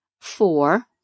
Four